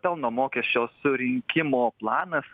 pelno mokesčio surinkimo planas